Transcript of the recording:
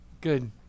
Good